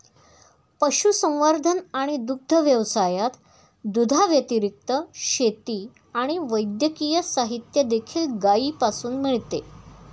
पशुसंवर्धन आणि दुग्ध व्यवसायात, दुधाव्यतिरिक्त, शेती आणि वैद्यकीय साहित्य देखील गायीपासून मिळते